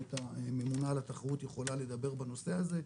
יש פה את הממונה על התחרות היא יכולה לדבר בנושא הזה,